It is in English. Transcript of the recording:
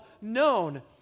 known